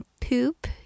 Poop